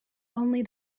only